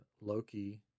Loki